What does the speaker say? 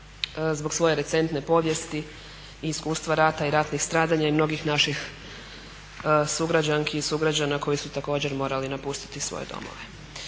zbog svoje recentne povijesti i iskustva rata i ratnih stradanja i mnogih naših sugrađanki i sugrađana koji su također morali napustiti svoje domove.